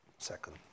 second